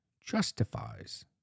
justifies